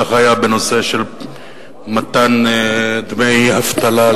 כך היה בנושא של מתן דמי אבטלה,